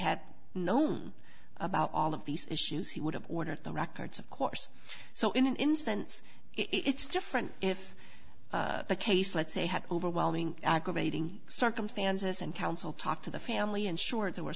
had known about all of these issues he would have ordered the records of course so in an instance it's different if the case let's say had overwhelming aggravating circumstances and counsel talked to the family and sure there were